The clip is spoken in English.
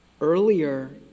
earlier